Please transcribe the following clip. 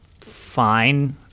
fine